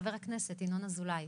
חבר הכנסת ינון אזולאי.